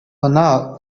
хӑна